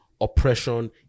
oppression